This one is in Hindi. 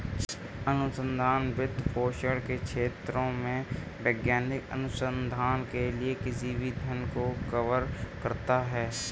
अनुसंधान वित्तपोषण के क्षेत्रों में वैज्ञानिक अनुसंधान के लिए किसी भी धन को कवर करता है